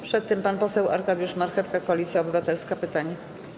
Przed tym pan poseł Arkadiusz Marchewka, Koalicja Obywatelska, pytanie.